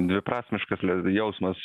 dviprasmiškas jausmas